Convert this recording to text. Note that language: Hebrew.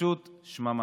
פשוט שממה.